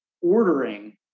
ordering